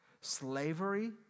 Slavery